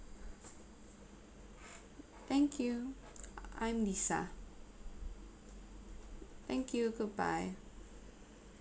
thank you I'm lisa thank you goodbye